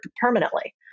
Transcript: permanently